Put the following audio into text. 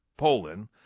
Poland